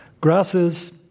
Grasses